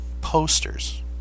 posters